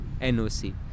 NOC